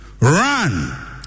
run